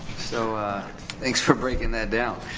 so thanks for breaking that down,